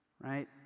Right